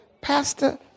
pastor